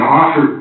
offer